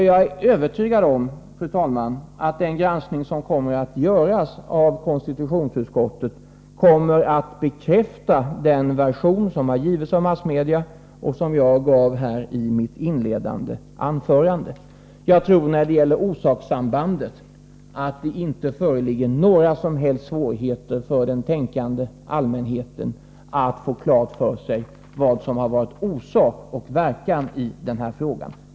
Jag är, fru talman, övertygad om att den granskning som kommer att göras av konstitutionsutskottet kommer att bekräfta den version som har getts av massmedia och som jag gav i mitt inledande anförande. När det gäller orsakssambandet tror jag inte att det föreligger några som helst svårigheter för den tänkande allmänheten att få klart för sig vad som varit orsak och verkan i den här frågan.